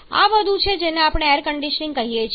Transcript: આ બધું છે જેને આપણે એર કન્ડીશનીંગ કહીએ છીએ